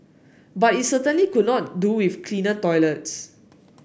but it certainly could not do with cleaner toilets